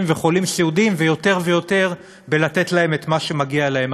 וחולים סיעודיים ויותר ויותר בלתת להם את מה שמגיע להם.